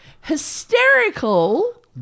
Hysterical